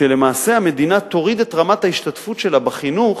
שלמעשה המדינה תוריד את רמת ההשתתפות שלה בחינוך